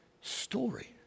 story